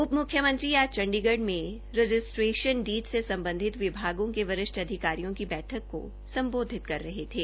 उप म्ख्यमंत्री आज चंडीगढ़ में रजिस्टे्रशन डीड से संबंधित विभागों के वरिष्ठ अधिकारियों की बैठक को में सम्बोधित कर रहे थे